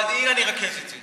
אז שאילן ירכז את זה.